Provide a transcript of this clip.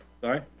Sorry